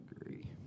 agree